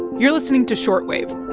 you're listening to short wave